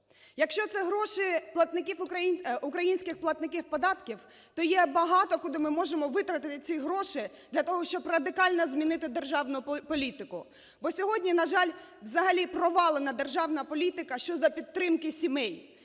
Якщо це гроші українських платників податків, то є багато, куди ми можемо витратити ці гроші для того, щоб радикально змінити державну політику. Бо сьогодні, на жаль, взагалі провалена державна політика щодо підтримки сімей.